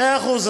מאה אחוז.